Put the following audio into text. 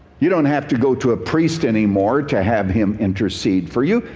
you don't have to go to a priest anymore to have him intercede for you.